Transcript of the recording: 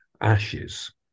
ashes